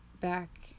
back